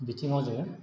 बिथिंआव जोङो